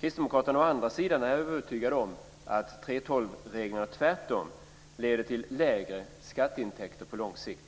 Kristdemokraterna är övertygade om att 3:12-reglerna tvärtom leder till lägre skatteintäkter på lång sikt.